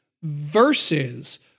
versus